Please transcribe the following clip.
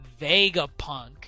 Vegapunk